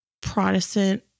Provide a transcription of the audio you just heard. Protestant